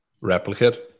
Replicate